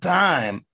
time